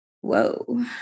whoa